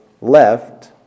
left